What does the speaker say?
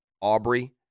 Aubrey